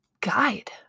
guide